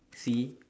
see